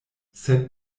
sed